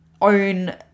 own